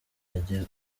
ajya